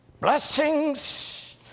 Blessings